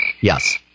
Yes